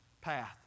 path